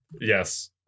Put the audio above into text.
Yes